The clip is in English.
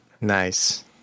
Nice